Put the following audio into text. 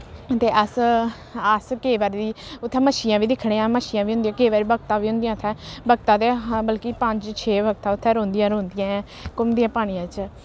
ते अस अस केईं बारी उत्थै मच्छियां बी दिक्खने आं मच्छियं बी होंदियां केईं बारी बखतां बी होंदियां उत्थै बखतां ते बल्कि पंज छे बखतां उत्थै रौंह्दियां गै रौंह्दियां न घूमदियां पानियै च